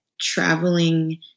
traveling